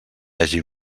hagi